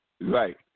Right